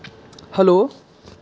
hello